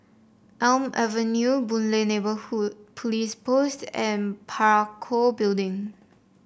Elm Avenue Boon Lay Neighbourhood Police Post and Parakou Building